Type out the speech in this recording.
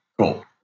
Cool